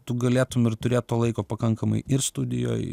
tu galėtum ir turėto laiko pakankamai ir studijoj